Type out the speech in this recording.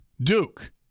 Duke